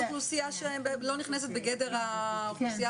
זו אוכלוסייה שלא נכנסת בגדר האוכלוסייה